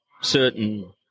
certain